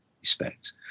respect